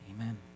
Amen